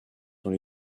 dans